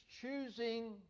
choosing